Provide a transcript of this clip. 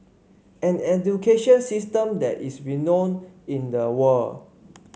an education system that is renowned in the world